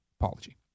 apology